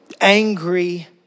Angry